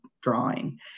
drawing